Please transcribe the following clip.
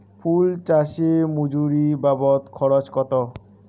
ফুল চাষে মজুরি বাবদ খরচ কত?